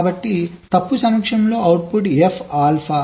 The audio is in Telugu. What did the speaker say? కాబట్టి తప్పు సమక్షంలో అవుట్పుట్ f ఆల్ఫా